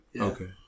Okay